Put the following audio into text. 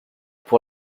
pour